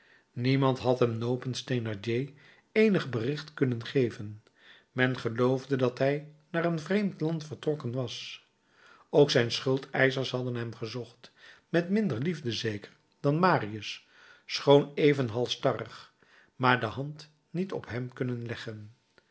niemand had hem nopens thénardier eenig bericht kunnen geven men geloofde dat hij naar een vreemd land vertrokken was ook zijn schuldeischers hadden hem gezocht met minder liefde zeker dan marius schoon even halsstarrig maar de hand niet op hem kunnen leggen